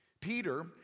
Peter